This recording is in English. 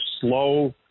slow